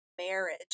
marriage